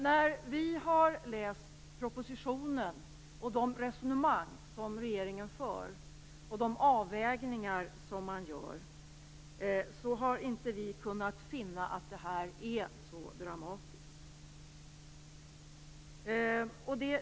När vi har läst propositionen, de resonemang som regeringen för och de avvägningar som görs har vi inte kunnat finna att det är så dramatiskt.